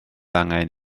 angen